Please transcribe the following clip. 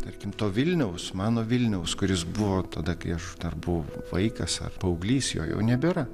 tarkim vilniaus mano vilniaus kuris buvo tada kai aš dar buvau vaikas ar paauglys jo jau nebėra